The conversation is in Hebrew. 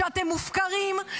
שאתם מופקרים,